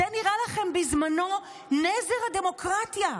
זה נראה לכם בזמנו נזר הדמוקרטיה,